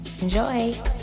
Enjoy